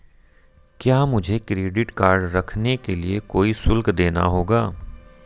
क्या मुझे credit card रखने के लिए कोई शुल्क देना होगा?